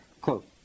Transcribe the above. Quote